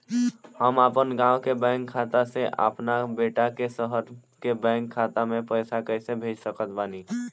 हम अपना गाँव के बैंक खाता से अपना बेटा के शहर के बैंक खाता मे पैसा कैसे भेज सकत बानी?